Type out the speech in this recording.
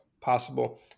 possible